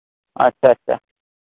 ᱟᱪᱷᱟ ᱟᱪᱷᱟ